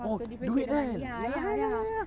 oh duit kan ya ya ya ya ya